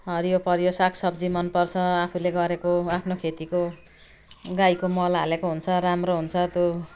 हरियो परियो साग सब्जी मन पर्छ आफूले गरेको आफ्नो खेतीको गाईको मल हालेको हुन्छ राम्रो हुन्छ त्यो